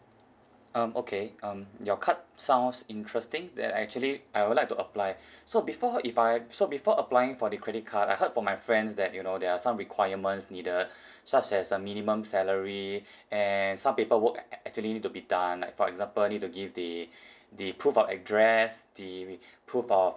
um okay um your card sounds interesting that I actually I would like to apply so before if I so before applying for the credit card I heard from my friends that you know there are some requirements needed such as a minimum salary and some paperwork act~ act~ actually need to be done like for example I need to give the the proof of address the proof of